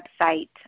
website